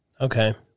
Okay